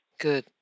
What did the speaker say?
Good